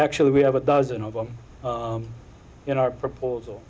actually we have a dozen of them in our proposal